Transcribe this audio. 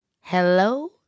hello